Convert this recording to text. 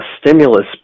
stimulus